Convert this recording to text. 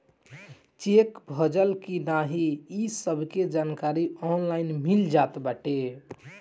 check भजल की नाही इ सबके जानकारी ऑनलाइन मिल जात बाटे